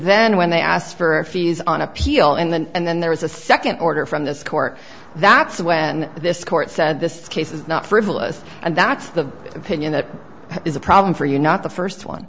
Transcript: then when they asked for a fees on appeal and then there was a second order from this court that's when this court said this case is not frivolous and that's the opinion that is a problem for you not the first one